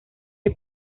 del